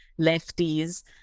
lefties